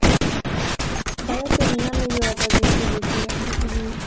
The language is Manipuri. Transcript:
ꯚꯥꯔꯠꯇ ꯃꯤꯌꯥꯝꯅ ꯌꯣꯒꯥꯒꯤ ꯒꯨꯔꯨꯁꯤꯡ ꯑꯗꯨꯗꯤ